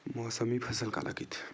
मौसमी फसल काला कइथे?